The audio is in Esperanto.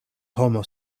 homo